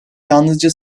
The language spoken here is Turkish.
yalnızca